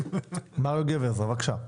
מר יוגב עזרא, בבקשה.